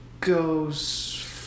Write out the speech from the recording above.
goes